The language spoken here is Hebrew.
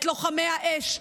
את לוחמי האש,